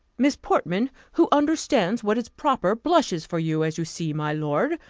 miss portman, who understands what is proper, blushes for you, as you see, my lord,